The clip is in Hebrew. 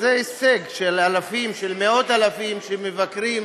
זה הישג לאלפים, למאות אלפים, של מבקרים,